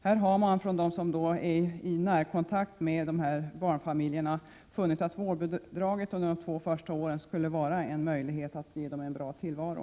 Enligt de människor som står i nära kontakt med dessa barnfamiljer skulle vårdbidrag under de första två åren vara en möjlighet att ge dem en bra tillvaro.